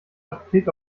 apotheke